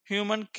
Human